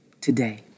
today